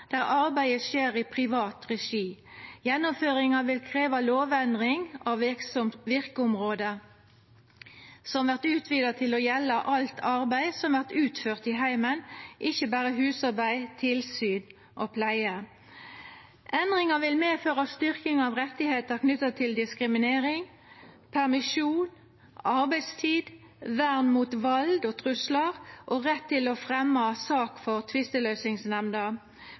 der arbeidet skjer i privat regi. Gjennomføringa vil krevja lovendring av verkeområdet, som vert utvida til å gjelda alt arbeid som vert utført i heimen, ikkje berre husarbeid, tilsyn og pleie. Endringa vil medføra styrking av rettar knytte til diskriminering, permisjon, arbeidstid, vern mot vald og truslar og rett til å fremja sak for tvisteløysingsnemnda.